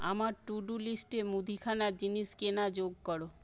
আমার to do লিস্টে মুদিখানার জিনিস কেনা যোগ করো